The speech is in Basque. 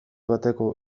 bateko